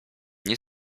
nie